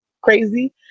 crazy